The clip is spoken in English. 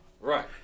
Right